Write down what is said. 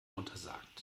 untersagt